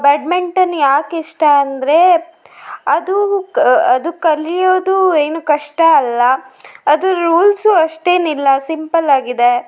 badminton ಯಾಕಿಷ್ಟ ಅಂದರೆ ಅದು ಅದು ಕಲಿಯೋದು ಏನು ಕಷ್ಟ ಅಲ್ಲ ಅದು ರೂಲ್ಸು ಅಷ್ಟೇನಿಲ್ಲ ಸಿಂಪಲ್ಲಾಗಿದೆ